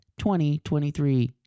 2023